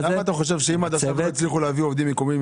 --- למה אתה חושב שעכשיו פתאום יצליחו להביא עובדים מקומיים,